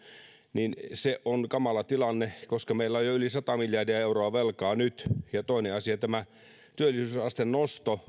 niin se on kamala tilanne koska meillä on jo yli sata miljardia euroa velkaa nyt ja toinen asia on tämä työllisyysasteen nosto